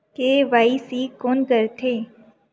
KYC कोन करथे?